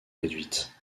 réduite